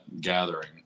gathering